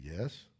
yes